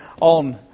on